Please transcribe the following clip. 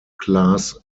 class